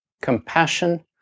compassion